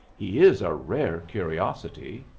he is a rare curiosity.